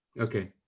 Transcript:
Okay